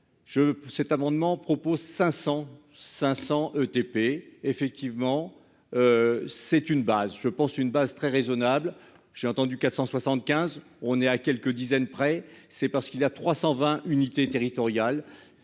cet amendement propose 500 500 ETP, effectivement, c'est une base je pense une base très raisonnables, j'ai entendu 475 on est à quelques dizaines près, c'est parce qu'il y a 320 unités territoriales,